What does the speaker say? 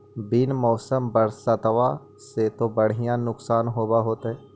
बिन मौसम बरसतबा से तो बढ़िया नुक्सान होब होतै?